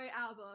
album